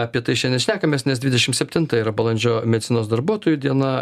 apie tai šiandien šnekamės nes dvidešimt septinta yra balandžio medicinos darbuotojų diena